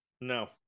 No